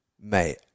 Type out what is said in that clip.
mate